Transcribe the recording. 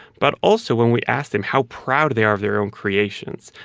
but also, when we asked them how proud they are of their own creations,